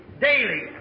daily